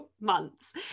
months